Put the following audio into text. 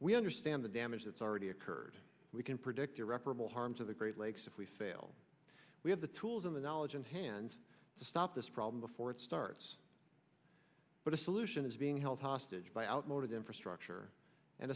we understand the damage that's already occurred we can predict irreparable harm to the great lakes if we fail we have the tools in the knowledge in hand to stop this problem before it starts but a solution is being held hostage by outmoded infrastructure and